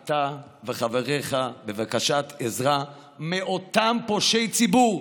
אתה וחבריך לבקשת עזרה מאותם פושעי ציבור.